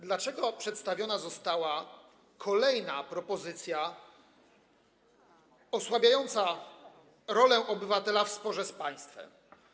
Dlaczego przedstawiona została kolejna propozycja osłabiająca rolę obywatela w sporze z państwem?